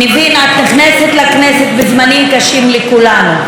ניבין, את נכנסת לכנסת בזמנים קשים לכולנו.